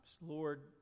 Lord